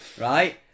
right